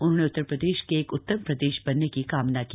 उन्होंने उत्तर प्रदेश के एक उत्तम प्रदेश बनने की कामना की